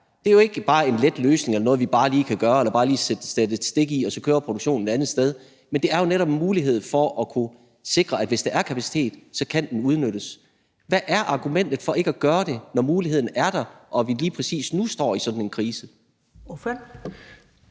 Det er jo ikke bare en let løsning eller noget, vi bare lige kan gøre, eller hvor vi bare lige kan sætte et stik i, og så kører produktionen et andet sted. Men det er jo netop en mulighed for at kunne sikre, at hvis der er kapacitet, så kan den udnyttes. Hvad er argumentet for ikke at gøre det, når muligheden er der og vi lige præcis nu står i sådan en krise? Kl.